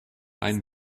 einen